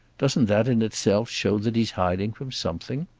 doesn't that in itself show that he's hiding from something?